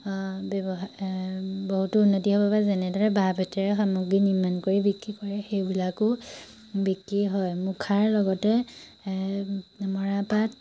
ব্যৱসায় এ বহুতো উন্নতি হ'ব পাৰে যেনেদৰে বাঁহ বেতেৰে সামগ্ৰী নিৰ্মাণ কৰি বিক্ৰী কৰে সেইবিলাকো বিক্ৰী হয় মুখাৰ লগতে এ মৰাপাট